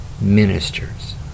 ministers